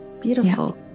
beautiful